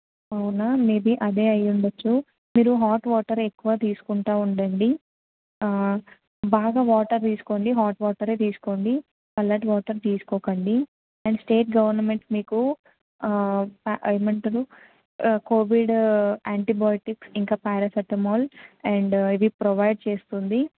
అవునా మేబీ అదే అయ్యుండచ్చు మీరు హాట్ వాటర్ ఎక్కువ తీసుకుంటా ఉండండి బాగా వాటర్ తీసుకోండి హాట్ వాటరే తీసుకోండి చల్లటి వాటర్ తీసుకోకండి అండ్ స్టేట్ గవర్నమెంట్ మీకు ఏమంటారు కోవిడ్ యాంటీబయోటిక్స్ ఇంకా ప్యారాసెటమాల్ అండ్ ఇవి ప్రొవైడ్ చేస్తుంది